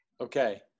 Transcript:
Okay